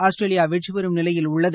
Australia வெற்றிபெறும் நிலையில் உள்ளது